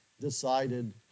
decided